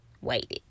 waited